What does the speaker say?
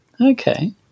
Okay